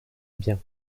biens